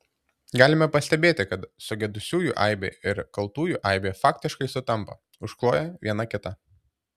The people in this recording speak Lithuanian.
galime pastebėti kad sugedusiųjų aibė ir kaltųjų aibė faktiškai sutampa užkloja viena kitą